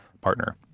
partner